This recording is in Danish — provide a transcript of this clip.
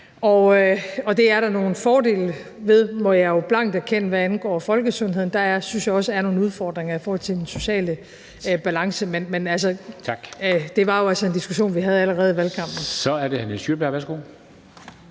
Og det er der nogle fordele ved, må jeg blankt erkende, hvad angår folkesundheden. Jeg synes også, at der er nogle udfordringer i forhold til den sociale balance, men det var jo altså en diskussion, vi havde allerede i valgkampen. Kl. 00:09 Formanden (Henrik